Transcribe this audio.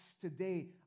today